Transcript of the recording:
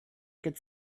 could